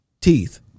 teeth